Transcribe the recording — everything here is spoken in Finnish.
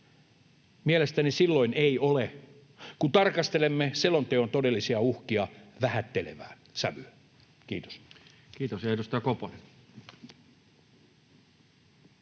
Mielestäni silloin ei ole, kun tarkastelemme selonteon todellisia uhkia vähättelevään sävyyn. — Kiitos.